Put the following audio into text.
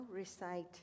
recite